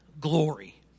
glory